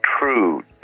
true